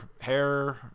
hair